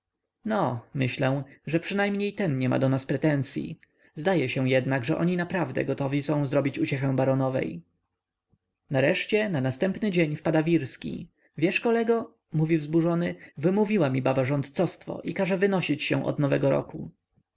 no myślę że przynajmniej ten nie ma do nas pretensyi zdaje się jednak że oni naprawdę gotowi są zrobić uciechę baronowej nareszcie na następny dzień wpada wirski wiesz kolego mówi wzburzony wymówiła mi baba rządcostwo i każe wynosić się od nowego roku